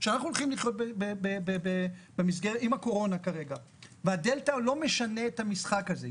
שאנחנו הולכים לחיות כרגע עם הקורונה והדלתא לא משנה את המשחק הזה.